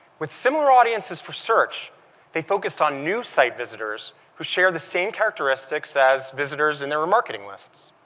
with similar audiences for search they focused on new site visitors who shared the same characteristics as visitors in their remarketing lists.